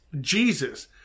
Jesus